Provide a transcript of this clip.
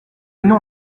nom